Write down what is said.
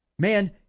Man